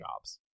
jobs